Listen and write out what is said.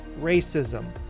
racism